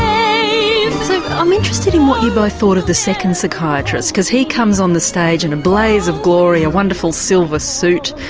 so um interested in what you both thought of the second psychiatrist, because he comes on the stage in a blaze of glory, a wonderful silver suit,